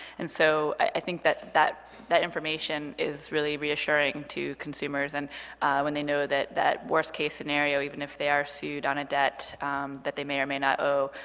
and so i think that that that information is really reassuring to consumers and when they know that that worst-case scenario, even if they are sued on a debt that they may or may not owe,